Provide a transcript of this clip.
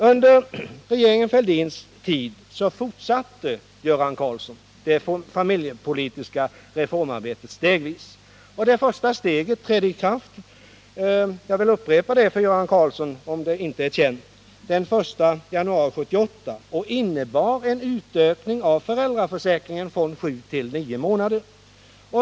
Under regeringen Fälldins tid fortsatte, Göran Karlsson, det familjepolitiska reformarbetet stegvis. Det första steget trädde i kraft — jag vill upprepa det för Göran Karlsson om det inte är känt —den 1 januari 1978 och innebar en utökning av föräldraförsäkringen från sju till nio månader.